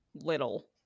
little